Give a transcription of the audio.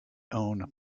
own